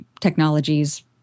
technologies